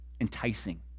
enticing